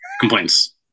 complaints